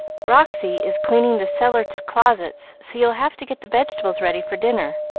roxy is cleaning the cellar-closets, so you'll have to get the vegetables ready for dinner.